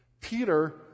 Peter